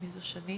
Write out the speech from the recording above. מי זו שנית?